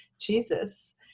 Jesus